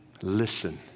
Listen